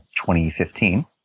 2015